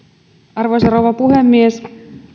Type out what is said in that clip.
arvoisa rouva puhemies